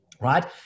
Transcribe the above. right